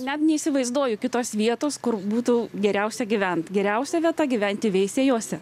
net neįsivaizduoju kitos vietos kur būtų geriausia gyvent geriausia vieta gyventi veisiejuose